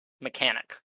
mechanic